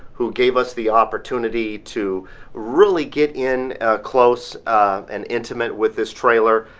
who gave us the opportunity to really get in close and intimate with this trailer.